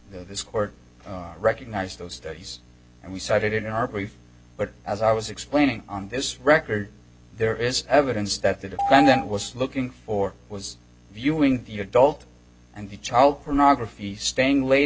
this court recognized those studies and we cited in our brief but as i was explaining on this record there is evidence that the defendant was looking for was viewing the adult and the child pornography staying late